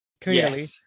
Clearly